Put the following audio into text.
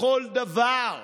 כל יום